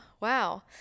wow